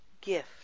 gift